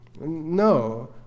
No